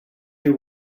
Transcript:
you